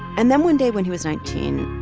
and then one day, when he was nineteen,